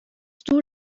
دور